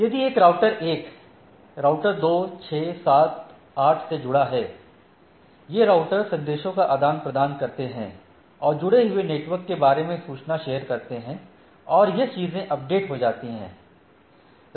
यदि एक router 1 router 2 6 7 8 से जुड़ा है ये राउटर संदेशों का आदान प्रदान करते हैं और जुड़े हुए नेटवर्क के बारे में सूचना शेयर करते हैं और यह चीजें अपडेट हो जाती हैं